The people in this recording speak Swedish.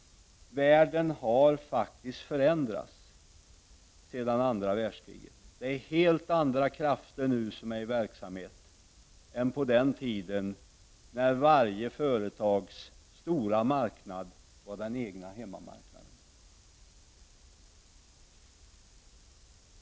Världen har faktiskt förändrats sedan andra världskriget. Det är helt andra krafter som nu är i verksamhet än på den tid då varje företags stora marknad var hemmamarknaden. Herr talman!